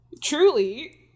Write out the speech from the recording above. truly